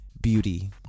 beauty